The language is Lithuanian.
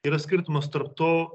yra skirtumas tarp to